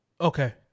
Okay